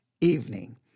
evening